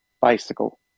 bicycle